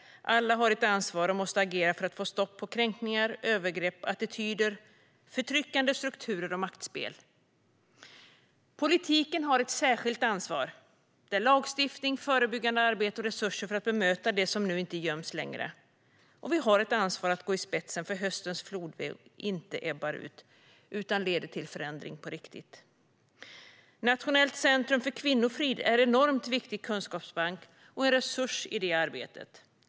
Alla har ett ansvar och måste agera för att få stopp på kränkningar, övergrepp, attityder, förtryckande strukturer och maktspel. Politiken har ett särskilt ansvar att genom lagstiftning, förebyggande arbete och resurser bemöta det som nu inte göms längre. Och vi har ett ansvar att gå i spetsen för att höstens flodvåg inte ebbar ut utan leder till förändring på riktigt. Nationellt centrum för kvinnofrid är en enormt viktig kunskapsbank och en resurs i det arbetet.